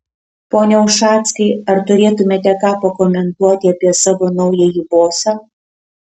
pone ušackai ar turėtumėte ką pakomentuoti apie savo naująjį bosą